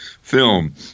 film